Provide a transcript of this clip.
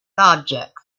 objects